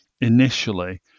initially